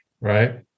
right